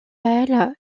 elles